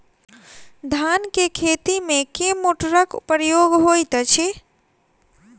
धान केँ खेती मे केँ मोटरक प्रयोग होइत अछि?